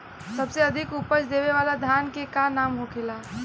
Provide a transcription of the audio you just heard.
सबसे अधिक उपज देवे वाला धान के का नाम होखे ला?